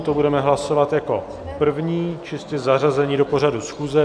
To budeme hlasovat jako první, čistě zařazení do pořadu schůze.